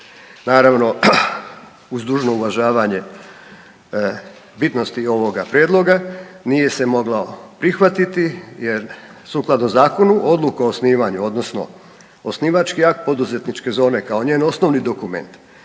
Naravno, uz dužno uvažavanje bitnosti ovoga prijedloga, nije se moglo prihvatiti jer sukladno zakonu, odluka o osnivanju, odnosno osnivački akt poduzetničke zone kao njen osnovni dokument